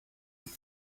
day